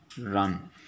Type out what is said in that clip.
run